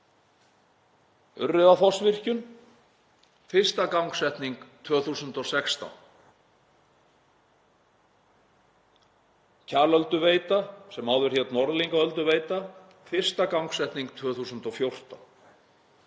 Urriðafossvirkjun, fyrsta gangsetning 2016. Kjalölduveita, sem áður hét Norðlingaölduveita, fyrsta gangsetning 2014.